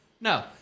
No